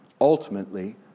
Ultimately